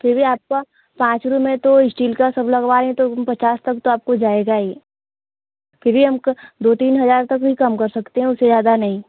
फिर भी आपका पाँच रूम है तो इस्टील का सब लगवा रहें तो पचास तक तो आपकाे जाएगा ही फिर भी हम दो तीन हजार तक भी कम कर सकते हैं उससे ज्यादा नहीं